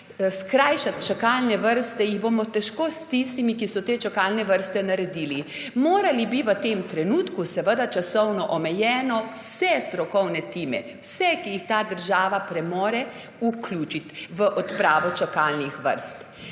skrajšati čakalne vrste, jih bomo težko s tistimi, ki so te čakalne vrste naredili. Morali bi v tem trenutku seveda časovno omejeno vse strokovne time, vse, ki jih ta država premore, vključiti v odpravo čakalnih vrst.